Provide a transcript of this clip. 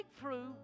breakthrough